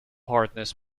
hardness